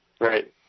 Right